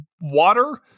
water